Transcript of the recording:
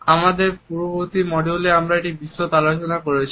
আমাদের পূর্ববর্তী মডিউলে আমরা এটির বিশদ আলোচনা করেছি